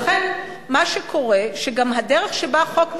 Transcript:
לכן, מה שקורה, שגם הדרך שבה החוק מיושם,